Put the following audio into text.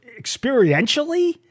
experientially